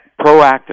Proactive